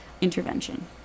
intervention